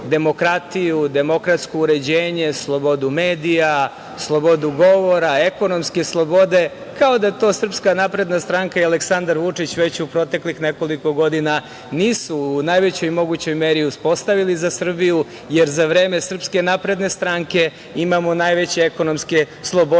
demokratiju, demokratsko uređenje, slobodu medija, slobodu govora, ekonomske slobode, kao da to SNS i Aleksandar Vučić već u proteklih nekoliko godina nisu u najvećoj mogućoj meri uspostavili za Srbiju, jer za vreme SNS imamo najveće ekonomske slobode,